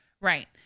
right